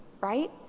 right